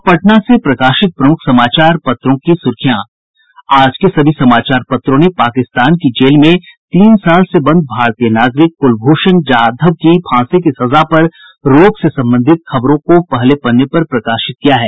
अब पटना से प्रकाशित प्रमुख समाचार पत्रों की सुर्खियां आज के सभी समाचार पत्रों ने पाकिस्तान की जेल में तीन साल से बंद भारतीय नागरिक कुलभूषण जाधव की फांसी की सजा पर रोक से संबंधित खबरों को पहले पन्ने पर प्रकाशित किया है